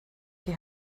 die